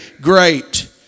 great